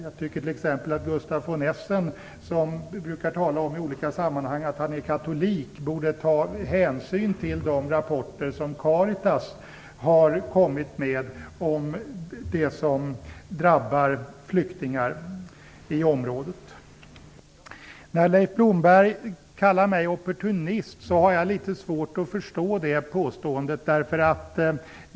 Jag tycker t.ex. att Gustaf von Essen, som i olika sammanhang brukar tala om att han är katolik, borde ta hänsyn till de rapporter som Caritas har kommit med om det som drabbar flyktingar i området. Leif Blomberg kallar mig opportunist. Jag har litet svårt att förstå det påståendet.